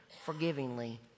forgivingly